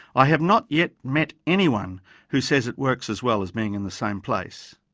i have not yet met anyone who says it works as well as being in the same place.